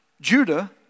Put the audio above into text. Judah